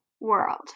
world